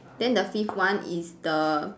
then the fifth one is the